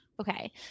Okay